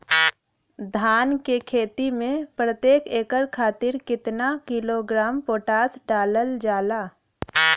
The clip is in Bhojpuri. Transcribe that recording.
धान क खेती में प्रत्येक एकड़ खातिर कितना किलोग्राम पोटाश डालल जाला?